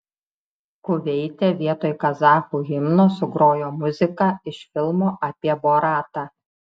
kuveite vietoj kazachų himno sugrojo muziką iš filmo apie boratą